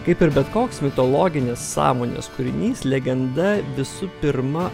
kaip ir bet koks mitologinis sąmonės kūrinys legenda visų pirma